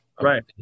Right